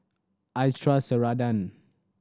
I trust Ceradan